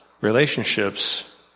relationships